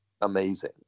amazing